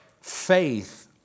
faith